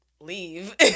leave